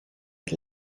het